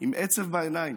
עם עצב בעיניים,